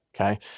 Okay